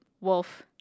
Wolf